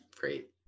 Great